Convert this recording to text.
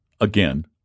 again